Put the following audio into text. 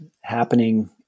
happening